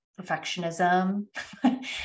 perfectionism